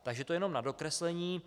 Takže to jenom na dokreslení.